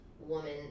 woman